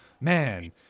man